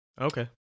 Okay